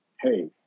hey